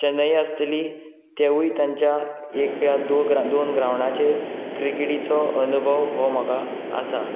चेन्नई आसतली तेवूय तांच्या एक या दोन दोन ग्रावंडाचेर क्रिकेटीचो अनुभव हो म्हाका आसा